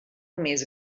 més